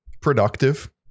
productive